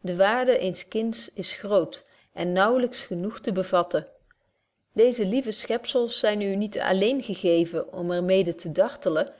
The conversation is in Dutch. de waardy eens kinds is groot en naauwlyks genoeg te bevatten deeze lieve schepzels zyn u niet alléén gegeven om er mede te dartelen